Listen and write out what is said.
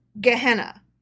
Gehenna